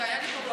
תשאלי מישהו,